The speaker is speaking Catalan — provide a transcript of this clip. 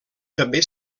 també